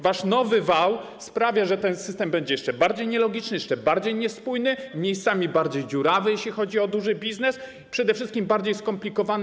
Wasz nowy wał sprawia, że ten system będzie jeszcze bardziej nielogiczny, jeszcze bardziej niespójny, miejscami bardziej dziurawy, jeśli chodzi o duży biznes, a przede wszystkim - bardziej skomplikowany.